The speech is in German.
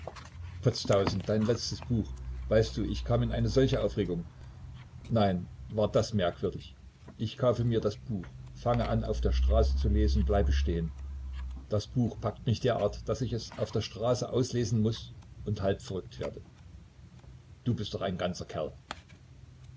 tausend dein letztes buch weißt du ich kam in eine solche aufregung nein war das merkwürdig ich kaufe mir das buch fange an auf der straße zu lesen bleibe stehen das buch packt mich derart daß ich es auf der straße auslesen muß und halb verrückt werde du bist doch ein ganzer kerl